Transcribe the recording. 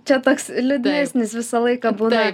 čia toks liūdnesnis visą laiką būna